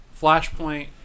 Flashpoint